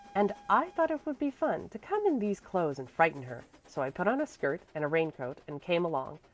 and i thought it would be fun to come in these clothes and frighten her so i put on a skirt and a rain-coat and came along.